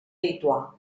lituà